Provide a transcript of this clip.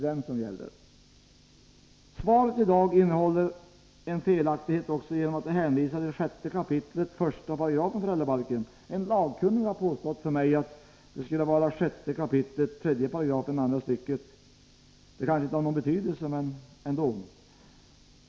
Dagens svar innehåller också den felaktigheten att justitieministern hänvisar till 6 kap. 1 § föräldrabalken. En lagkunnig har sagt till mig att det bör vara 6 kap. 3 § andra stycket. Det kanske inte har någon betydelse, men ändå.